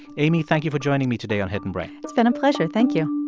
amy, thank you for joining me today on hidden brain it's been a pleasure. thank you